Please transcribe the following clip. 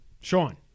Sean